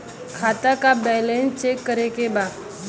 खाता का balance check करे के बा?